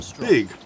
big